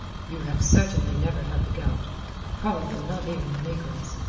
you have certainly never had the gout probably not even the megrims,